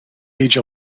age